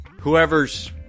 whoever's